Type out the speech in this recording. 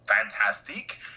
fantastic